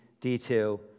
detail